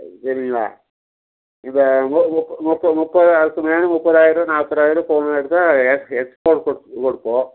சரிங்களா இப்போ மு முப்ப முப்ப முப்பதாயிரத்து மேலே முப்பதாயிரருவா நாப்பதாயிரருவா ஃபோன்னு எடுத்தால் ஹெட் ஹெட் ஃபோன் கொடுப் கொடுப்போம்